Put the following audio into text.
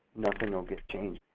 nothing will get changed.